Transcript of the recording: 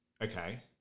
okay